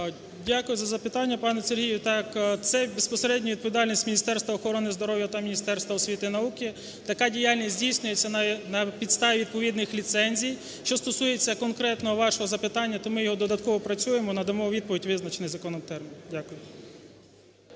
Дякую за запитання, пане Сергію. Так, це є безпосередньо відповідальність Міністерства охорони здоров'я та Міністерства освіти і науки. Така діяльність здійснюється на підставі відповідних ліцензій. Що стосується конкретного вашого запитання, то ми його додатково опрацюємо, надамо відповідь у визначений законом термін. Дякую.